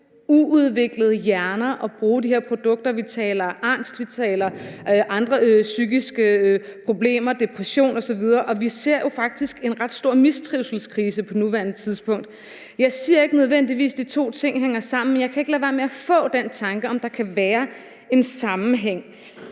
uudviklede hjerner at bruge de der produkter. Vi taler angst, vi taler depression, vi taler andre psykiske problemer, og vi ser jo faktisk en ret stor mistrivselskrise på nuværende tidspunkt. Jeg siger ikke, at de to ting nødvendigvis hænger sammen, men jeg kan ikke lade være med at få den tanke, om der kan være en sammenhæng.